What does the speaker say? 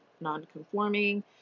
non-conforming